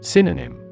Synonym